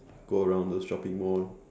go around those shopping mall